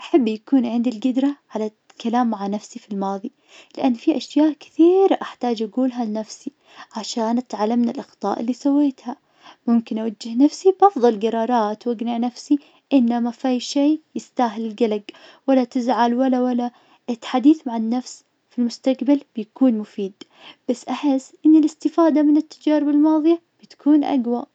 أحب يكون عندي القدرة على الكلام مع نفسي في الماضي, لأن في أشياء كثييييرة أحتاج اقولها لنفسي, عشان اتعلم من الأخطاء اللي سويتها, ممكن اوجه نفسي بأفضل القرارات واقنع نفسي إنه ما فهاي الشي يستاهل القلق, ولا تزعل, ولا ولا الت-حديث عن النفس في المستقبل بيكون مفيد ,بس أحس إن الاستفادة من التجارب الماضية بتكون أقوى.